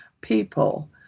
people